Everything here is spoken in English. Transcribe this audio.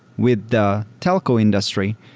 with the telco industry,